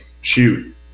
shoot